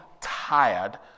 tired